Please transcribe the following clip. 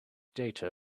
data